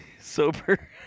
sober